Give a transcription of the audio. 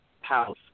house